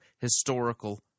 historical